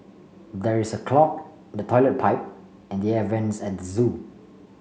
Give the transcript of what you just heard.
there is a clog the toilet pipe and the air vents at the zoo